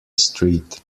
street